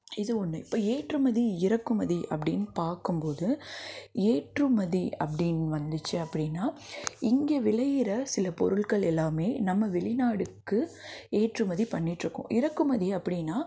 இது ஒன்று இப்போ ஏற்றுமதி இறக்குமதி அப்படின்னு பார்க்கும்போது ஏற்றுமதி அப்படின் வந்துச்சு அப்படின்னா இங்கே விளைகிற சில பொருட்கள் எல்லாமே நம்ம வெளிநாடுக்கும் ஏற்றுமதி பண்ணிகிட்ருக்கோம் இறக்குமதி அப்படின்னா